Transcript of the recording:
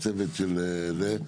הצוות של זה,